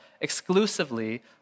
exclusively